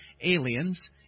aliens